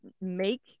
make